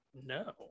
No